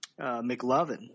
McLovin